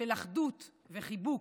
של אחדות וחיבוק: